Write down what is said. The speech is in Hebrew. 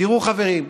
תראו, חברים,